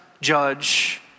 judge